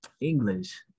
english